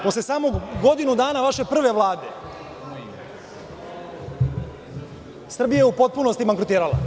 Posle samo godinu dana vaše prve Vlade Srbija je u potpunosti bankrotirala.